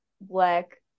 black